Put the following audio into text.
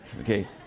Okay